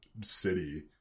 city